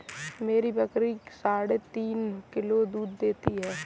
मेरी बकरी साढ़े तीन किलो दूध देती है